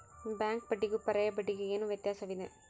Bank ಬಡ್ಡಿಗೂ ಪರ್ಯಾಯ ಬಡ್ಡಿಗೆ ಏನು ವ್ಯತ್ಯಾಸವಿದೆ?